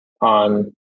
on